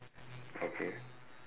okay